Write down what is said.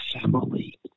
family